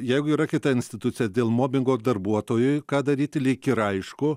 jeigu yra kita institucija dėl mobingo darbuotojui ką daryti lyg ir aišku